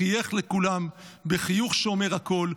חייך לכולם בחיוך שאומר הכול,